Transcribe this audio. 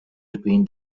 between